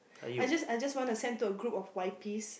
I just I just wanna send to a group of Y_Ps